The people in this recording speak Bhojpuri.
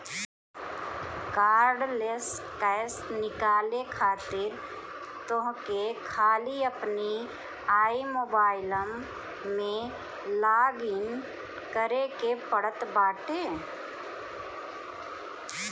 कार्डलेस कैश निकाले खातिर तोहके खाली अपनी आई मोबाइलम में लॉगइन करे के पड़त बाटे